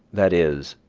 that is,